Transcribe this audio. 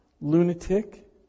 Lunatic